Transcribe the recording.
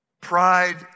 Pride